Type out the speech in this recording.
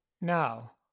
now